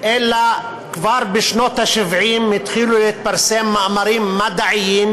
אלא כבר בשנות ה-70 התחילו להתפרסם מאמרים מדעיים,